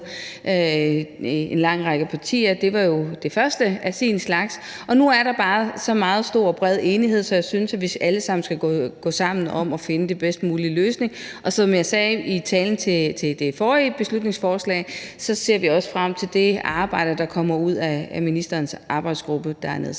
en lang række partier, var jo det første af sin slags, og nu er der bare så bred en enighed, at jeg synes, at vi alle sammen skal gå sammen om at finde de bedst mulige løsninger. Og som jeg sagde i min tale til det forrige beslutningsforslag, ser vi også frem til det arbejde, der kommer ud af den arbejdsgruppe, ministeren